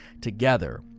together